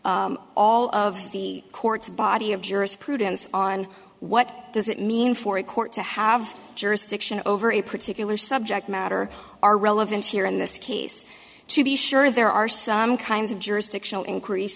why all of the court's body of jurisprudence on what does it mean for a court to have jurisdiction over a particular subject matter are relevant here in this case to be sure there are some kinds of jurisdictional increase